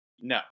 No